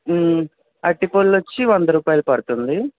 అరటి పళ్ళొచ్చి వంద రూపాయిలు పడుతుంది